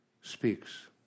speaks